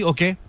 Okay